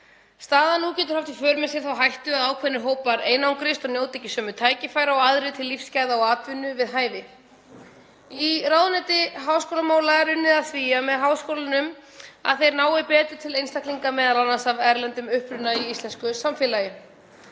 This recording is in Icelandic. Staðan nú getur haft í för með sér þá hættu að ákveðnir hópar einangrist og njóti ekki sömu tækifæri og aðrir til lífsgæða og atvinnu við hæfi. Í ráðuneyti háskólamála er unnið að því með háskólanum að þeir nái m.a. betur til einstaklinga af erlendum uppruna í íslensku samfélagi.